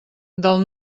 del